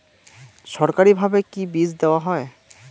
সরকারিভাবে কি বীজ দেওয়া হয়?